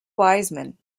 wiseman